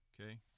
okay